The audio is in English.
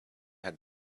had